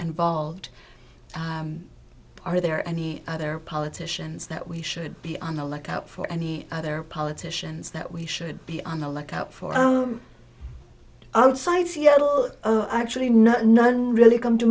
involved are there any other politicians that we should be on the lookout for and other politicians that we should be on the lookout for outside seattle actually none none really come to